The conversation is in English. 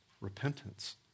Repentance